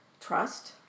trust